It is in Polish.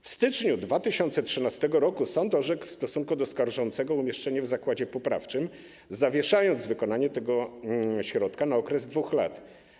W styczniu 2013 r. sąd orzekł w stosunku do skarżącego umieszczenie w zakładzie poprawczym, zawieszając wykonanie tego środka na okres 2 lat.